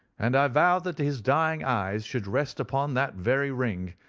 and i vowed that his dying eyes should rest upon that very ring,